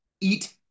Eat